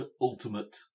ultimate